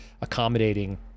accommodating